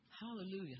Hallelujah